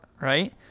right